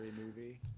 movie